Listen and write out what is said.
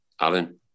Alan